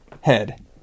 head